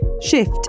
Shift